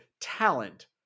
talent